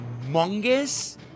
humongous